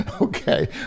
Okay